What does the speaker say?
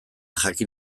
jakin